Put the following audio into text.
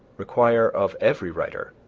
require of every writer,